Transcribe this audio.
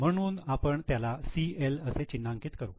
म्हणून आपण त्याला 'CL' असे चिन्हांकित करू